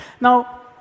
Now